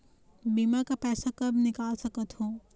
बीमा का पैसा कब निकाल सकत हो?